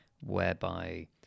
whereby